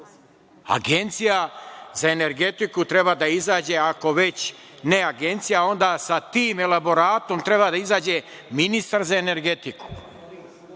Agencija za energetiku treba da izađe, ako već ne Agencija, onda sa tim elaboratom treba da izađe ministar za energetiku. To